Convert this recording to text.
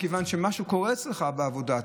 מכיוון שמשהו קורה אצלך בעבודה.